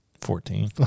Fourteen